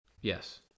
Yes